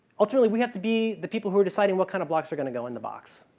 ultimately, we have to be the people who are deciding what kind of blocks are going to go in the box.